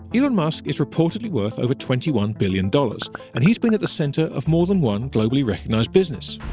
elon musk is reportedly worth over twenty one billion dollars and he's been at the center of more than one globally recognized business.